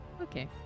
okay